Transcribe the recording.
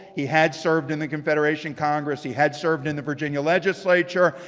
he had served in the confederation congress. he had served in the virginia legislature.